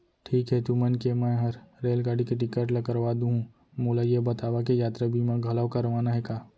ठीक हे तुमन के मैं हर रेलगाड़ी के टिकिट ल करवा दुहूँ, मोला ये बतावा के यातरा बीमा घलौ करवाना हे का?